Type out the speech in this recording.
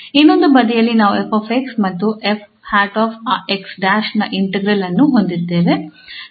ಇನ್ನೊಂದು ಬದಿಯಲ್ಲಿ ನಾವು 𝑓 𝑥 ಮತ್ತು 𝑓̅̅ ̅̅𝑥̅̅ ನ ಇಂಟಿಗ್ರಾಲ್ ಅನ್ನು ಹೊಂದಿದ್ದೇವೆ